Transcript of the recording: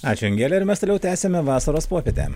ačiū angele ir mes toliau tęsiame vasaros popietę